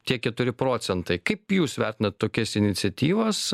tie keturi procentai kaip jūs vertinat tokias iniciatyvas